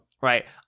Right